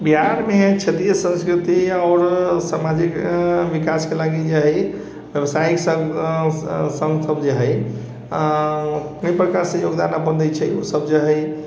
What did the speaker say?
बिहार मे क्षेत्रीय संस्कृति आओर सामाजिक विकास के लागी जे है व्यावसायिक संघ सब जे है कइ प्रकार से योगदान अपन दै छै ओसब जे है